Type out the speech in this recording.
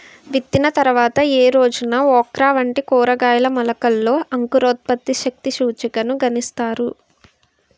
విత్తిన తర్వాత ఏ రోజున ఓక్రా వంటి కూరగాయల మొలకలలో అంకురోత్పత్తి శక్తి సూచికను గణిస్తారు?